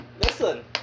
Listen